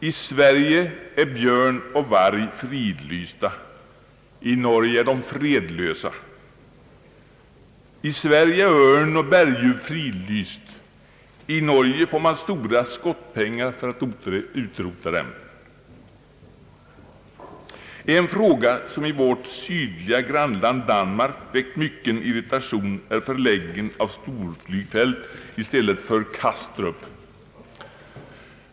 I Sverige är björn och varg fridlysta, i Norge är de fredlösa. I Sverige är örn och berguv fridlysta, men i Norge får man stora skottpengar för att utrota dem. En fråga som i vårt sydliga grannland Danmark väckt mycken irritation är förläggningen av ett storflygfält i stället för Kastrup.